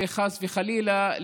וחס וחלילה,